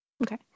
Okay